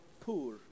poor